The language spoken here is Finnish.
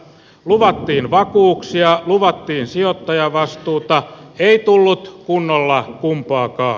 luvattiin vakuuksia luvattiin sijoittajavastuuta ei tullut kunnolla kumpaakaan